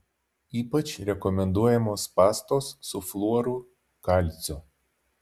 ypač rekomenduojamos pastos su fluoru kalciu